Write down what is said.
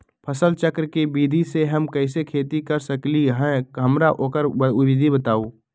फसल चक्र के विधि से हम कैसे खेती कर सकलि ह हमरा ओकर विधि बताउ?